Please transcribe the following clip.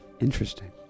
Interesting